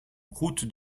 route